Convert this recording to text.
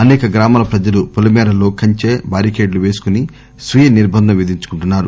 అనేక గ్రామాల ప్రజలు పొలిమేరల్లో కంచె బారికేడ్లు వేసుకుని స్వీయ నిర్బందం విధించుకుంటున్నారు